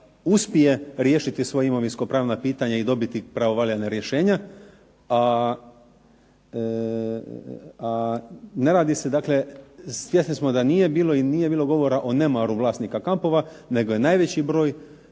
uspije riješiti svoja imovinsko-pravna pitanja i dobiti pravovaljana rješenja. A ne radi se, dakle svjesni smo da nije bilo govora o nemaru vlasnika kampova nego je najveći broj